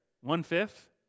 One-fifth